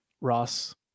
Ross